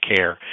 Care